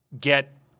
get